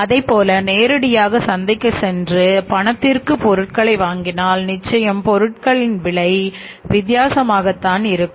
அதை போல நேரடியாக சந்தைக்கு சென்று பணத்திற்கு பொருட்களை வாங்கினால் நிச்சயம் பொருட்கள் விலை வித்தியாசமாகத் தான் இருக்கும்